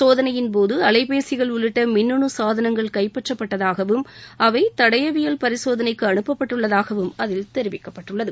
சோதனையின் போது அலைபேசிகள் உள்ளிட்ட மின்னனு சாதனங்கள் கைப்பற்றப்பட்டதாகவும் அவை தடையவியல் பரிசோதனைக்கு அனுப்பப்பட்டுள்ளதாகவும் அதில் தெரிவிக்கப்பட்டுள்ளது